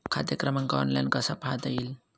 खाते क्रमांक ऑनलाइन कसा पाहता येईल?